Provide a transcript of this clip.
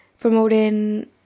promoting